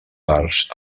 parts